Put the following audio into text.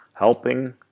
Helping